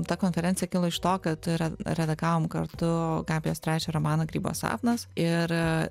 ta konferenciją kilo iš to kad yra redagavom kartu gabijos trečią romaną grybo sapnas ir